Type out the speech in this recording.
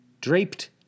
draped